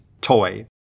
toy